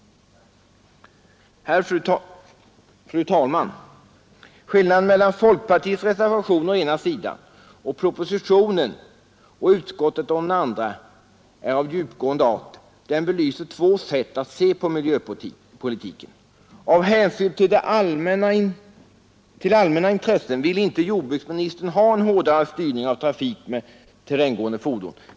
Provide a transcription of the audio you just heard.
Fru talman! Skillnaden mellan min reservation, å ena, och propositionen och utskottets förslag, å andra sidan, är av djupgående art. Den belyser två sätt att se på miljöpolitiken. Av hänsyn till allmänna intressen vill inte jordbruksministern ha en hårdare styrning av trafik med terränggående fordon.